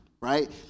Right